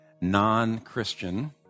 non-Christian